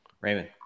raymond